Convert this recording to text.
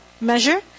measure